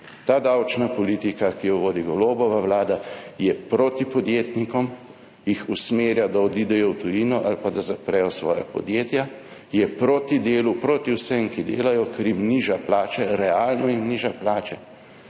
ta davčna politika, ki jo vodi Golobova vlada, je proti podjetnikom, jih usmerja, da odidejo v tujino ali pa da zaprejo svoja podjetja, je proti delu, proti vsem, ki delajo, ker jim niža plače, realno jim niža plače